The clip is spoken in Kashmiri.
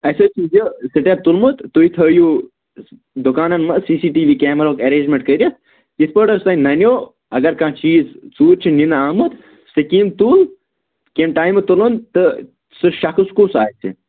اَسہِ حظ چھُ یہِ سِٹٮ۪پ تُلمُت تُہۍ تھٲوِو دُکانَن منٛز سی سی ٹی وِی کیمراہُک ارینٛجمٮ۪نٛٹ کٔرِتھ یِتھٕ پٲٹھۍ حظ تۄہہِ نَنیو اگر کانٛہہ چیٖز ژوٗرِ چھُ نِنہٕ آمُت سُہ کیٚمۍ تُل کیٚمہِ ٹایمہٕ تُلُن تہٕ سُہ شَخص کُس آسہِ